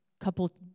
couple